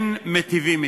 כן מיטיבים אתם.